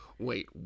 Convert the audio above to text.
Wait